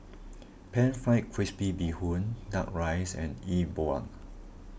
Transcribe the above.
Pan Fried Crispy Bee Hoon Duck Rice and E Bua